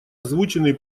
озвученный